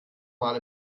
mal